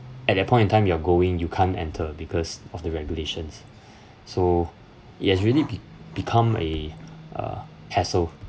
at that point in time you're going you can't enter because of the regulations so it has really be~ become a uh hassle